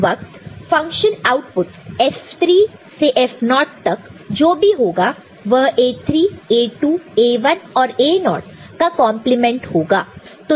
तो उस वक्त फंक्शन आउटपुटस F3 से F0 तक जो भी होगा वह A3 A2 A1 और A0 का कंप्लीमेंट होगा